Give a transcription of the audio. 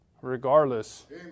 regardless